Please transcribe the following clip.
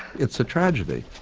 it's a tragedy.